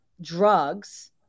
drugs